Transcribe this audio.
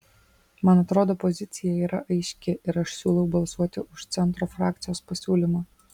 man atrodo pozicija yra aiški ir aš siūlau balsuoti už centro frakcijos pasiūlymą